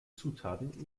zutaten